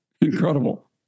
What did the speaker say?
Incredible